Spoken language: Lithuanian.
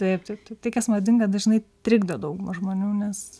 taip taip taip tai kas madinga dažnai trikdo dauguma žmonių nes